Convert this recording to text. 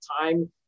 time